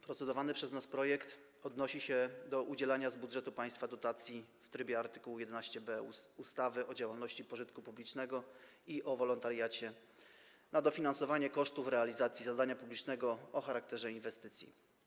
Procedowany przez nas projekt odnosi się do udzielania z budżetu państwa dotacji w trybie art. 11b ustawy o działalności pożytku publicznego i o wolontariacie na dofinansowanie kosztów realizacji zadania publicznego o charakterze inwestycji.